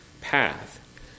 path